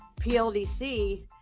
PLDC